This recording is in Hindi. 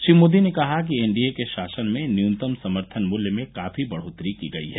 श्री मोदी ने कहा कि एनडीए के शासन में न्यूनतम समर्थन मूल्य में काफी बढोतरी की गई है